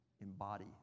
embody